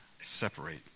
separate